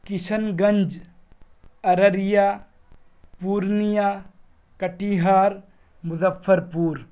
Kishan Ganj Araria Purnia Katihar Muzaffarpur